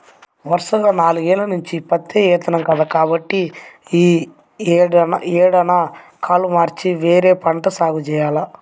వరసగా నాలుగేల్ల నుంచి పత్తే ఏత్తన్నాం కదా, కాబట్టి యీ ఏడన్నా కాలు మార్చి వేరే పంట సాగు జెయ్యాల